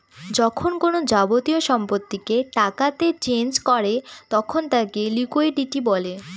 যখন কোনো যাবতীয় সম্পত্তিকে টাকাতে চেঞ করে তখন তাকে লিকুইডিটি বলে